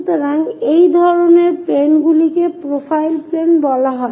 সুতরাং এই ধরনের প্লেনগুলিকে প্রোফাইল প্লেন বলা হয়